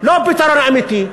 לא פתרון אמיתי,